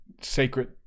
sacred